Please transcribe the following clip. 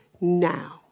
now